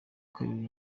kabiri